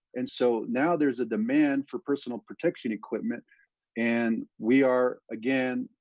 and so now there is a demand for personal protection equipment and we are, again,